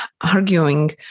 arguing